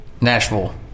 Nashville